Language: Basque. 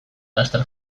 laster